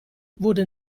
wurde